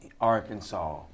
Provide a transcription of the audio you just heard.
Arkansas